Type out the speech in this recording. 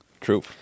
true